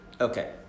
Okay